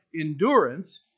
endurance